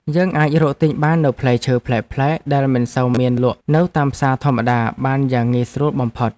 យើងអាចរកទិញបាននូវផ្លែឈើប្លែកៗដែលមិនសូវមានលក់នៅតាមផ្សារធម្មតាបានយ៉ាងងាយស្រួលបំផុត។